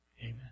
Amen